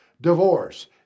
divorce